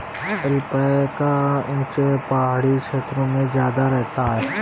alpaca ऊँचे पहाड़ी क्षेत्रों में ज्यादा रहता है